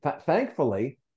thankfully